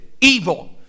evil